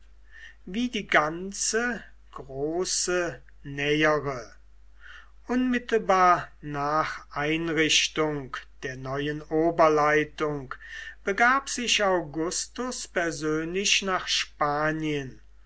wie die ganze große nähere unmittelbar nach einrichtung der neuen oberleitung begab sich augustus persönlich nach spanien